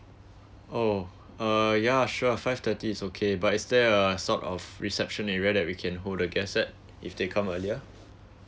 oh uh ya sure five thirty is okay but is there uh sort of reception area that we can hold guests there if they come earlier